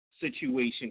situation